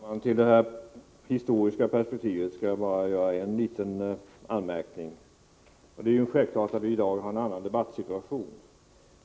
Herr talman! Beträffande det historiska perspektivet skall jag göra en liten anmärkning. Det är självklart att vi i dag har en annan debattsituation.